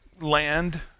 land